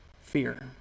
Fear